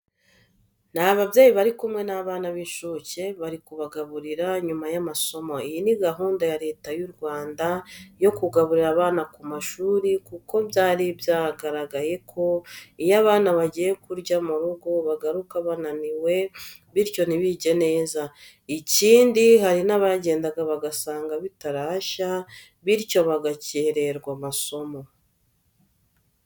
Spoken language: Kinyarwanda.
Ni ababyeyi bari kimwe n'abana b'incuke, bari kubagaburira nyuma y'amasomo. Iyi ni gahunda ya Leta y'u Rwanda yo kugaburira abana ku mashuri kuko byari byaragaragaye ko iyo abana bagiye kurya mu rugo bagaruka bananiwe biryo ntibige neza. Ikindi hari n'abagendaga bagasanga bitarashya bityo bagakererwa amasomo.